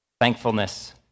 thankfulness